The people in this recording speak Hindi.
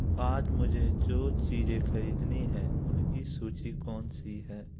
आज मुझे जो चीज़ें खरीदनी हैं उनकी सूची कौन सी है